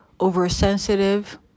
oversensitive